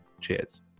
Cheers